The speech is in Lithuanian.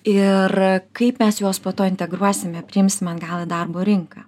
ir kaip mes juos po to integruosime priimsime atgal į darbo rinką